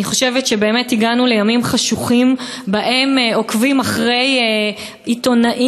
אני חושבת שבאמת הגענו לימים חשוכים שבהם עוקבים אחרי עיתונאים,